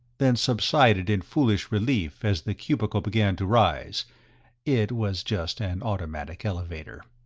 then subsided in foolish relief as the cubicle began to rise it was just an automatic elevator.